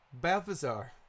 Balthazar